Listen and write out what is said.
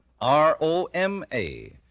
R-O-M-A